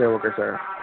சரி okay sir